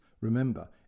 Remember